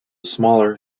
smaller